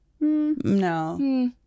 No